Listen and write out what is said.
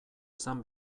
izan